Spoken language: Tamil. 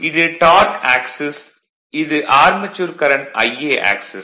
இது டார்க் ஆக்சிஸ் இது ஆர்மெச்சூர் கரண்ட் Ia ஆக்சிஸ்